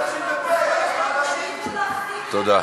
תודה,